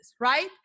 right